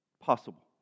possible